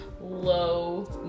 low